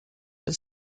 the